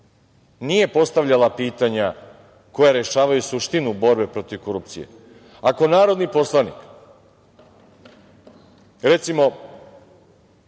Nije postavljala pitanja koja rešavaju suštinu borbe protiv korupcije. Ako narodni poslanik, recimo,